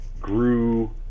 grew